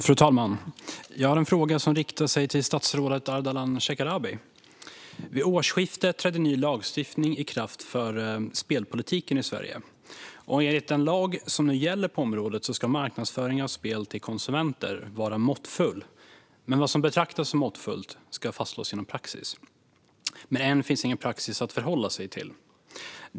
Fru talman! Jag har en fråga som riktar sig till statsrådet Ardalan Shekarabi. Vid årsskiftet trädde ny lagstiftning i kraft för spelpolitiken i Sverige. Enligt den lag som nu gäller på området ska marknadsföring av spel till konsumenter vara måttfull. Vad som betraktas som måttfullt ska fastslås genom praxis, men än finns ingen praxis att förhålla sig till.